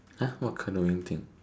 !huh! what canoeing thing